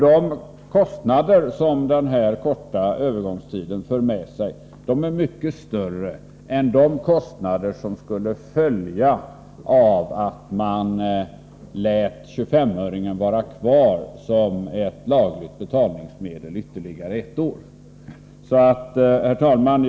De kostnader som den här korta övergångstiden för med sig är mycket större än de kostnader som skulle följa av att man lät 25-öringen vara kvar som lagligt betalningsmedel ytterligare ett år. Herr talman!